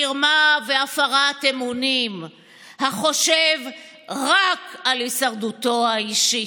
מרמה והפרת אמונים החושב רק על הישרדותו האישית.